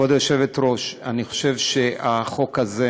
כבוד היושבת-ראש, אני חושב שהחוק הזה,